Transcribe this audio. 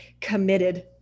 committed